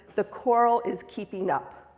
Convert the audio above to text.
the coral is keeping up.